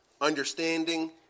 understanding